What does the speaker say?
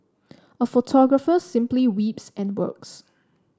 a photographer simply weeps and works